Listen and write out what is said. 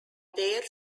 dare